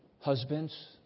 Husbands